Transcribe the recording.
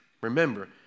remember